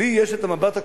לי יש המבט הכולל,